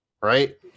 right